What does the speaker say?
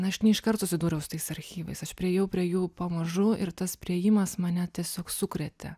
aš ne iškart susidūriau su tais archyvais aš priėjau prie jų pamažu ir tas priėjimas mane tiesiog sukrėtė